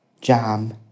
jam